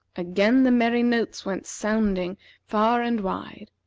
again the merry notes went sounding far and wide.